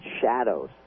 shadows